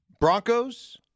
Broncos